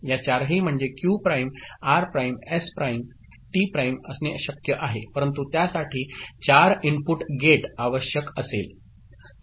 या चारही म्हणजे Q prime R prime S prime T prime असणे शक्य आहे परंतु त्यासाठी 4 इनपुट गेट आवश्यक असेल